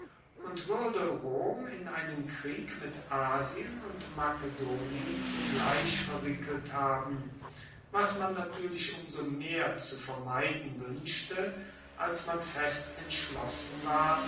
und wuerde rom in einen krieg mit asien und makedonien zugleich verwickelt haben was man natuerlich um so mehr zu vermeiden wuenschte als man fest entschlossen war